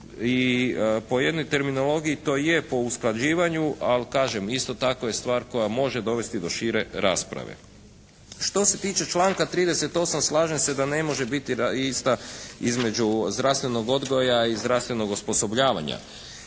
i po jednoj terminologiji to je po usklađivanju. Ali kažem, isto tako je stvar koja može dovesti do šire rasprave. Što se tiče članka 38. slažem se da ne može biti ista između zdravstvenog odgoja i zdravstvenog osposobljavanja.